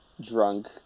drunk